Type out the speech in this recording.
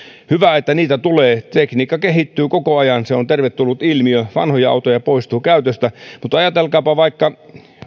hyvä että niitä tulee tekniikka kehittyy koko ajan se on tervetullut ilmiö vanhoja autoja poistuu käytöstä mutta ajatelkaapa vaikka